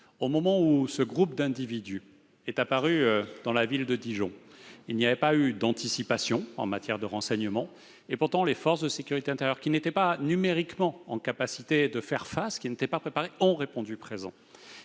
de ce groupe d'individus dans la ville de Dijon n'avait pas été anticipée en matière de renseignement. Pourtant, les forces de sécurité intérieure, qui n'étaient pas numériquement en mesure de faire face et n'étaient pas préparées, ont répondu présent.